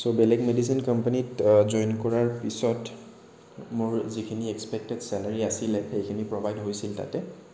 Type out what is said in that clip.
চ' বেলেগ মেডিচিন কোম্পেনীত জইন কৰাৰ পিছত মোৰ যিখিনি এক্সপেক্টেদ ছেলাৰি আছিল সেইখিনি প্ৰভাইদ হৈছিল তাতে